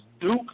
Duke